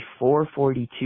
.442